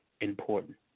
important